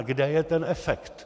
Kde je ten efekt.